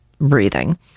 breathing